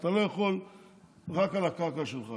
אתה לא יכול רק על הקרקע שלך.